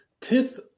Tith